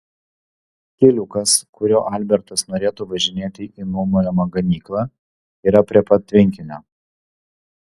keliukas kuriuo albertas norėtų važinėti į nuomojamą ganyklą yra prie pat tvenkinio